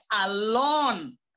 alone